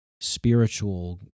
spiritual